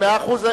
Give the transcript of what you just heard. מאה אחוז.